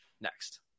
next